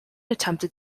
attempted